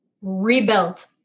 rebuilt